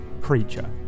creature